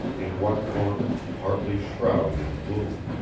in one corner, partly shrouded in gloom,